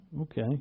okay